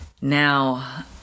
Now